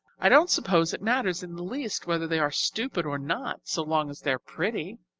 i don't suppose it matters in the least whether they are stupid or not so long as they are pretty?